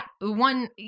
one